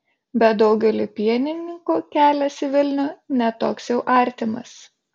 bet daugeliui pienininkų kelias į vilnių ne toks jau artimas